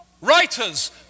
Writers